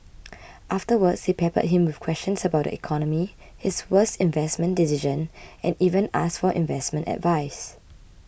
afterwards they peppered him with questions about the economy his worst investment decision and even asked for investment advice